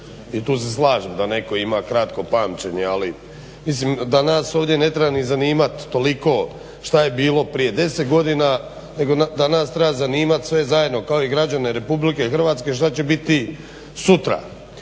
i tu se slažem da netko ima kratko pamćenje. Mislim da nas ovdje ne treba ni zanimati toliko šta je bilo prije 10 godina nego da nas treba zanimati sve zajedno kao i građane RH što će biti sutra.